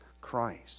Christ